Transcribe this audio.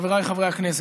חבריי חברי הכנסת,